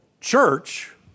church